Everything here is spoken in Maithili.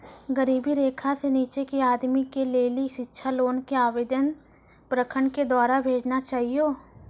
गरीबी रेखा से नीचे के आदमी के लेली शिक्षा लोन के आवेदन प्रखंड के द्वारा भेजना चाहियौ?